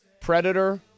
Predator